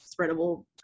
spreadable